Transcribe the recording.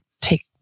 take